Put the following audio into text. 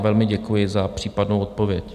Velmi děkuji za případnou odpověď.